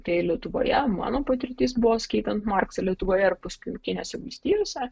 tai lietuvoje mano patirtis buvo skaitant marksą lietuvoje ir paskui jungtinėse valstijose